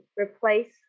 replace